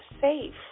safe